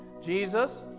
Jesus